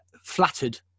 flattered